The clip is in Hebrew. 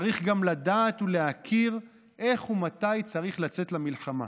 צריך גם לדעת ולהכיר איך ומתי צריך לצאת למלחמה.